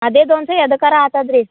ಅದೇ ದೋನ್ಶೇ ಎದಕಾರೂ ಆತದ ರೀ